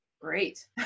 Great